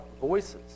voices